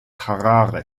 harare